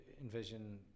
envision